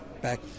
back